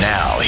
Now